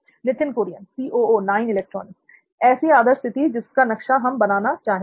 नित्थिन कुरियन ऐसी आदर्श स्थिति जिस का नक्शा हम बनाना चाहेंगे